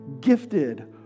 gifted